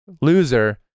loser